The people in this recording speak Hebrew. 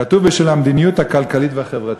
כתוב: בשל המדיניות הכלכלית והחברתית.